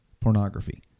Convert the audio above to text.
pornography